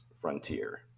frontier